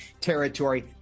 territory